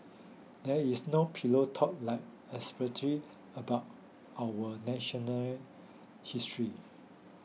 there is no pillow talk like excerpted about our national history